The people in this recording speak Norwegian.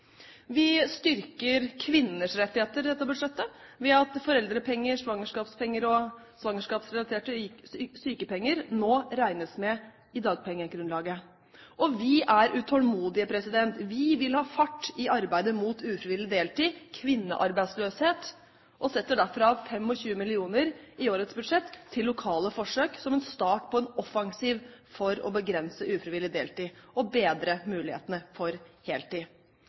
Vi styrker kvinners rettigheter i dette budsjettet ved at foreldrepenger, svangerskapspenger og svangerskapsrelaterte sykepenger nå regnes med i dagpengegrunnlaget. Og vi er utålmodige. Vi vil ha fart i arbeidet mot ufrivillig deltid – kvinnearbeidsløshet – og setter derfor av 25 mill. kr i årets budsjett til lokale forsøk som en start på en offensiv, for å begrense ufrivillig deltid, og bedre mulighetene for heltid.